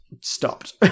stopped